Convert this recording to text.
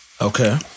Okay